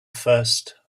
first